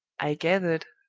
i gathered,